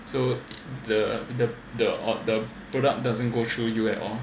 so the the the the product doesn't go through you at all